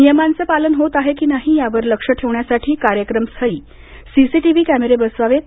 नियमांचं पालन होत आहे की नाही यावर लक्ष ठेवण्यासाठी कार्यक्रमस्थळी सीसीटीव्ही कॅमेरे बसवावेत